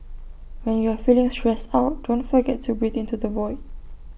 when you are feeling stressed out don't forget to breathe into the void